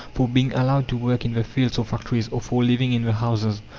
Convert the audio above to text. for being allowed to work in the fields or factories, or for living in the houses.